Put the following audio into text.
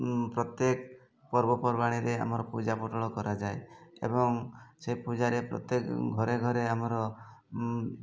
ପ୍ରତ୍ୟେକ ପର୍ବପର୍ବାଣିରେ ଆମର ପୂଜାପଟ୍ଟଳ କରାଯାଏ ଏବଂ ସେଇ ପୂଜାରେ ପ୍ରତ୍ୟେକ ଘରେ ଘରେ ଆମର